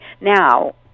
Now